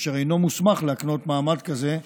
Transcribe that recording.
אשר אינו מוסמך להקנות מעמד כזה בישראל.